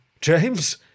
James